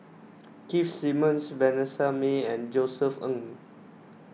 Keith Simmons Vanessa Mae and Josef Ng